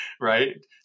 right